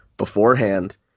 Beforehand